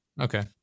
Okay